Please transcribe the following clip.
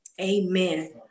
Amen